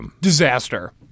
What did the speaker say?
Disaster